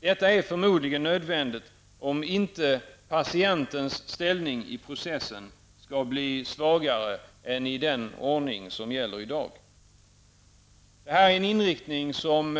Detta är förmodligen nödvändigt om inte patientens ställning i processen skall bli svagare än i den ordning som gäller i dag. Detta är en inriktning som